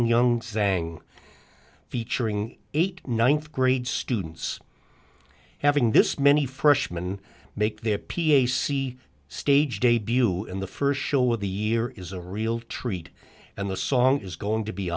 wong young sang featuring eight ninth grade students having this many freshman make their p a see stage debut in the first show of the year is a real treat and the song is going to be